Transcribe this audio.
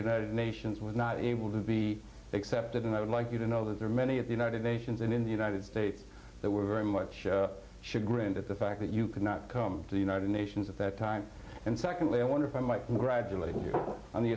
united nations was not able to be accepted and i would like you to know that there are many at the united nations and in the united states that were very much should grant the fact that you could not come to the united nations at that time and secondly i wonder if i might gradually on the